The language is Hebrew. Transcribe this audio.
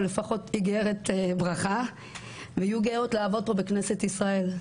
לפחות איגרת ברכה ויהיו גאות לעבוד פה בכנסת ישראל.